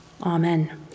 Amen